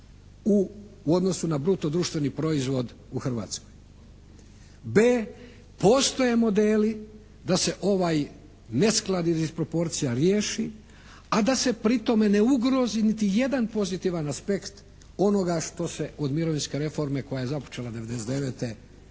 u odnosu na bruto društveni proizvod u Hrvatskoj, b) postoje modeli da se ovaj nesklad i disproporcija riješi a da se pri tome ne ugrozi niti jedan pozitivan aspekt onoga što se od mirovinske reforme koja je započela '99.